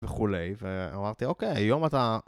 וכולי, ואמרתי, אוקיי, היום אתה...